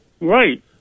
Right